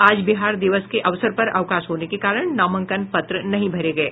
आज बिहार दिवस के अवसर पर अवकाश होने के कारण नामांकन पत्र नहीं भरे गये